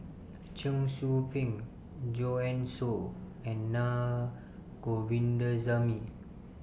Cheong Soo Pieng Joanne Soo and Na Govindasamy